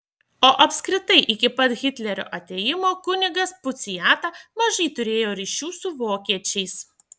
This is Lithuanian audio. o apskritai iki pat hitlerio atėjimo kunigas puciata mažai turėjo ryšių su vokiečiais